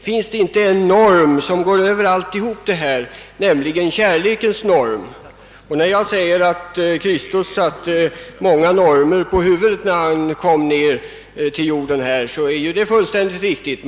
Finns det inte en norm som går över allt detta, nämligen kärleksnormen? Och när jag säger att Kristus ställde många normer på huvudet, då han kom ned till jorden, så är detta fullständigt riktigt.